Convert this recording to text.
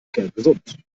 kerngesund